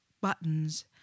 buttons